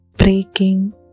Breaking